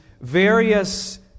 various